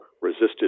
resisted